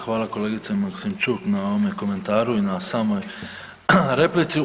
Hvala kolegice Maksimčuk na ovome komentaru i na samoj replici.